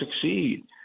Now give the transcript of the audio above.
succeed